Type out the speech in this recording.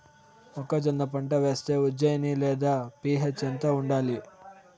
మొక్కజొన్న పంట వేస్తే ఉజ్జయని లేదా పి.హెచ్ ఎంత ఉండాలి?